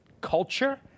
culture